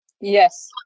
Yes